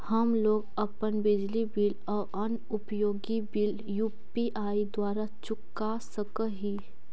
हम लोग अपन बिजली बिल और अन्य उपयोगि बिल यू.पी.आई द्वारा चुका सक ही